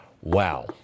Wow